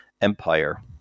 Empire